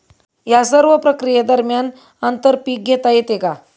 या सर्व प्रक्रिये दरम्यान आंतर पीक घेता येते का?